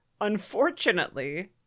Unfortunately